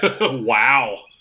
Wow